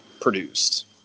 produced